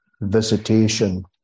visitation